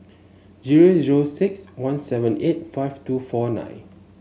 zero zero six one seven eight five two four nine